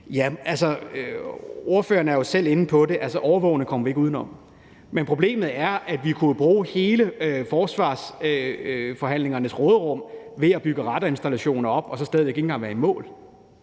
sige, som ordføreren jo selv er inde på, at overvågning kommer vi ikke uden om. Men problemet er, at vi jo kunne bruge hele forsvarsforhandlingernes råderum på at bygge radarinstallationer op og så stadig væk ikke engang være i mål.